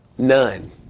None